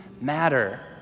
matter